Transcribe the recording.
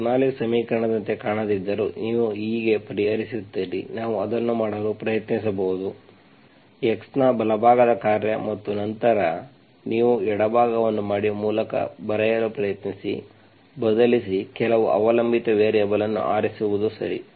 ಬರ್ನೌಲ್ಲಿಸ್bernoullis ಸಮೀಕರಣದಂತೆ ಕಾಣದಿದ್ದರೂ ನೀವು ಹೀಗೆ ಪರಿಹರಿಸುತ್ತೀರಿ ನಾವು ಅದನ್ನು ಮಾಡಲು ಪ್ರಯತ್ನಿಸಬಹುದು x ನ ಬಲಭಾಗದ ಕಾರ್ಯ ಮತ್ತು ನಂತರ ಮತ್ತು ನಂತರ ನೀವು ಎಡಭಾಗವನ್ನು ಮಾಡಿ ಮೂಲಕ ಬರೆಯಲು ಪ್ರಯತ್ನಿಸಿ ಬದಲಿಸಿ ಕೆಲವು ಅವಲಂಬಿತ ವೇರಿಯಬಲ್ ಅನ್ನು ಆರಿಸುವುದು ಸರಿ